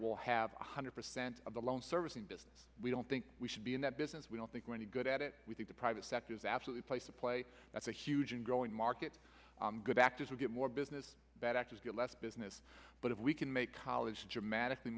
will have one hundred percent of the loan servicing business we don't think we should be in that business we don't think any good at it we think the private sector is absolute place to play that's a huge and growing market good actors will get more business bad actors get less business but if we can make college dramatically